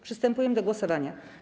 Przystępujemy do głosowania.